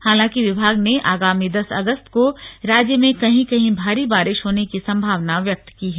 हालांकि विभाग ने आगामी दस अगस्त को राज्य में कहीं कहीं भारी बारिश होने की संभावना व्यक्त की है